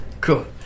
Cool